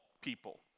people